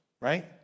right